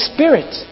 Spirit